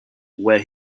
where